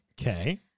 Okay